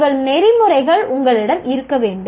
உங்கள் நெறிமுறைகள் உங்களிடம் இருக்க வேண்டும்